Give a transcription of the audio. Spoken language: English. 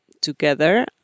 Together